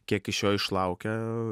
kiek iš jo išlaukia